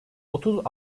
otuz